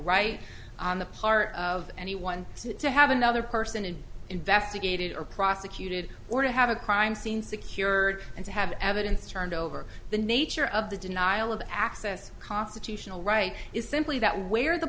right on the part of anyone to have another person and be investigated or prosecuted or to have a crime scene secured and to have evidence turned over the nature of the denial of access constitutional right is simply that where the